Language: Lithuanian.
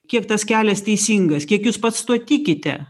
kiek tas kelias teisingas kiek jūs pats tuo tikite